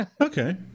okay